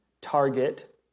Target